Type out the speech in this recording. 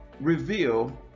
reveal